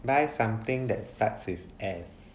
buy something that starts with S